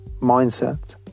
mindset